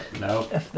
No